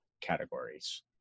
categories